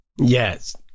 yes